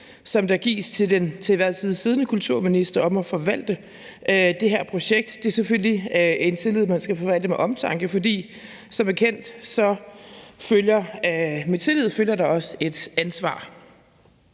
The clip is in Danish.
der gives til den til enhver tid siddende kulturminister, i forhold til at forvalte det her projekt. Det er selvfølgelig en tillid, man skal forvalte med omtanke, for som bekendt følger der med tillid også et ansvar.